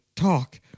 talk